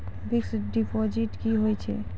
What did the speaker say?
Fixed deposit की होय छै?